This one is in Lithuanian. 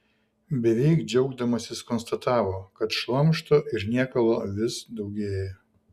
beveik džiaugdamasis konstatavo kad šlamšto ir niekalo vis daugėja